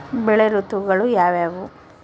ಬೆಳೆ ಋತುಗಳು ಯಾವ್ಯಾವು?